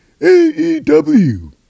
AEW